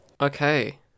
Okay